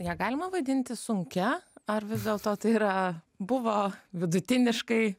ją galima vadinti sunkia ar vis dėlto tai yra buvo vidutiniškai